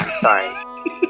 sorry